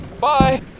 Bye